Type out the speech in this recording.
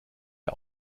der